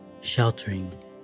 sheltering